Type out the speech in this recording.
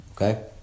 okay